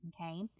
Okay